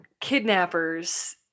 kidnappers